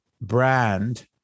brand